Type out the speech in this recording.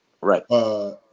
Right